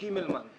קימלמן.